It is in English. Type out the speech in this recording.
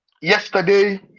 Yesterday